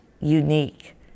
unique